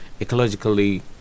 ecologically